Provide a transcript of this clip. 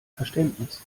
verständnis